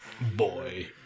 Boy